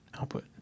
output